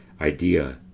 idea